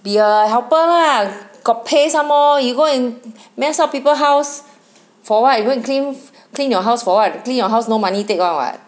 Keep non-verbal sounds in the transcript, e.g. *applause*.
be a helper lah got pay some more you go and *breath* mess up people house for what you go and clean *breath* clean your house for what clean your house no money take [one] [what]